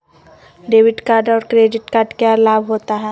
Debit card और credit card क्या लाभ होता है?